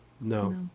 no